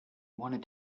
wanted